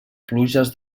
pluges